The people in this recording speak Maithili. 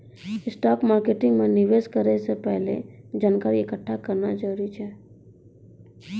स्टॉक मार्केटो मे निवेश करै से पहिले जानकारी एकठ्ठा करना जरूरी छै